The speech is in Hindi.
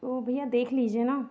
तो भैया देख लीजिए ना